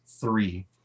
three